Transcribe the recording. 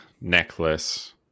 necklace